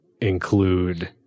include